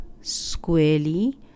squarely